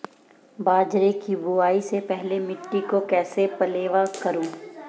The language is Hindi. बाजरे की बुआई से पहले मिट्टी को कैसे पलेवा करूं?